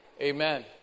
Amen